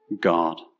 God